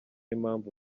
impamvu